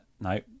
No